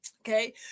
Okay